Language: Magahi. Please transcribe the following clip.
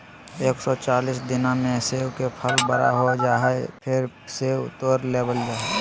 एक सौ चालीस दिना मे सेब के फल बड़ा हो जा हय, फेर सेब तोड़ लेबल जा हय